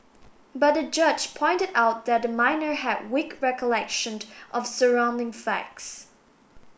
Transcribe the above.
but the judge pointed out that the minor had weak recollection of surrounding facts